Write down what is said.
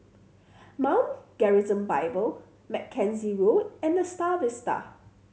Mount Gerizim Bible Mackenzie Road and The Star Vista